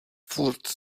furt